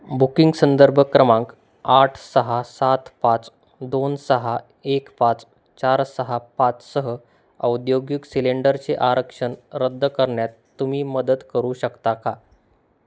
booking संदर्भ क्रमांक आठ सहा सात पाच दोन सहा एक पाच चार सहा पाच सह औद्योगिक सिलेंडरचे आरक्षण रद्द करण्यात तुम्ही मदत करू शकता का